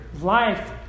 life